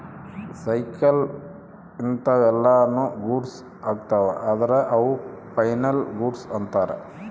cycle ಇಂತವೆಲ್ಲ ನು goods ಅಗ್ತವ ಅದ್ರ ಅವು ಫೈನಲ್ ಗೂಡ್ಸ್ ಅಂತರ್